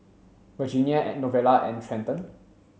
Virginia Novella and Trenton